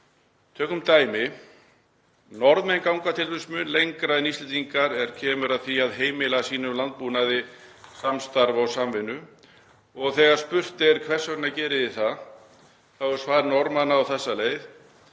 Tökum dæmi. Norðmenn ganga mun lengra en Íslendingar er kemur að því að heimila sínum landbúnaði samstarf og samvinnu og þegar spurt er: Hvers vegna gerið þið það? þá er svar Norðmanna á þessa leið: